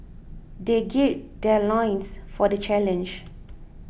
they gird their loins for the challenge